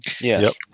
Yes